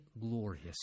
glorious